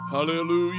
Hallelujah